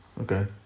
Okay